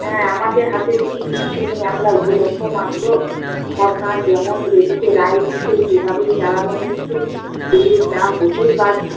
হ্যাঁ আমাদের হাতে দিদি কিচ্ছু নেই আমরা উপলক্ষ্য মাত্র সরকার যেমন যে দিকে রায় দিচ্ছে সেভাবেই চালানো হচ্ছে তেলের দাম প্রচুর বাড়ছে